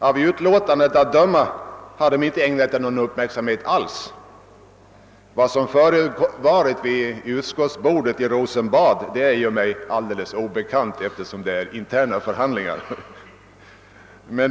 Av utlåtandet att döma har de inte ägnat den någon uppmärksamhet alls; vad som förevarit vid utskottsbordet i Rosenbad är mig alldeles obekant eftersom utskottets förhandlingar ju är interna.